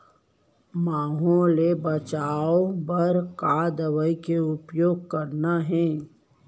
माहो ले बचाओ बर का दवई के उपयोग करना हे?